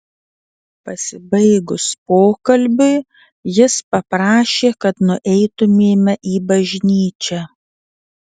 pasibaigus pokalbiui jis paprašė kad nueitumėme į bažnyčią